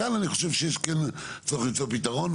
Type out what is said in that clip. כאן אני חושב שיש כן צורך למצוא פתרון.